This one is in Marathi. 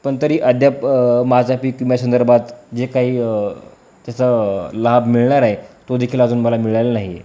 पण तरी अद्याप माझा पीक विमा संदर्भात जे काही त्याचा लाभ मिळणार आहे तो देखील अजून मला मिळाला नाही आहे